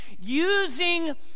using